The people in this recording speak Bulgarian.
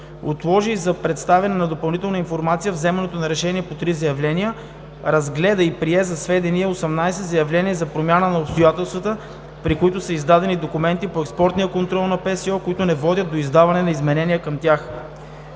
отложи, за представяне на допълнителна информация, вземане на решение по три заявления; - разгледа и прие за сведение 18 заявления за промяна на обстоятелствата, при които са издадени документи по експортния контрол на ПСО, които не водят до издаване на изменения към тях.